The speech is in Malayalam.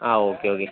ആ ഓക്കെ ഓക്കെ